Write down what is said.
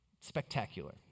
spectacular